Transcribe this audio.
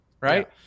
Right